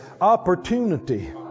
opportunity